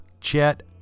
Chet